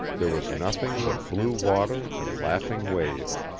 there was nothing but blue water and laughing waves.